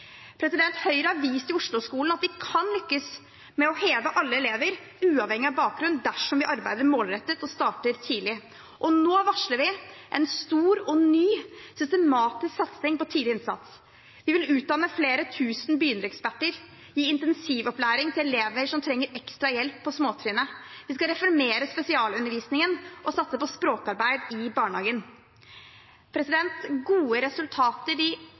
Høyre har i Osloskolen vist at vi kan lykkes med å heve alle elever, uavhengig av bakgrunn, dersom vi arbeider målrettet og starter tidlig. Og nå varsler vi en stor og ny systematisk satsing på tidlig innsats. Vi vil utdanne flere tusen begynnereksperter i intensivopplæring til elever som trenger ekstra hjelp på småtrinnet. Vi skal reformere spesialundervisningen og satse på språkarbeid i barnehagen. Gode resultater